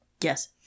Yes